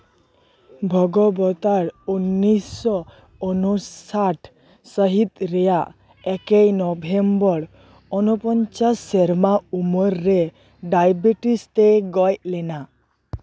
ᱵᱷᱚᱜᱚᱵᱚᱛᱟᱨ ᱩᱱᱤᱥᱥᱚ ᱩᱱᱤᱥᱟᱴ ᱥᱟᱹᱦᱤᱛ ᱨᱮᱭᱟᱜ ᱮᱠᱮᱭ ᱱᱚᱵᱷᱮᱵᱚᱨ ᱚᱱᱩᱯᱚᱧᱪᱟᱥ ᱥᱮᱨᱢᱟ ᱩᱢᱮᱨ ᱨᱮ ᱰᱟᱭᱵᱮᱴᱤᱥ ᱛᱮᱭ ᱜᱚᱡ ᱞᱮᱱᱟ